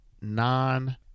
non